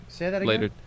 later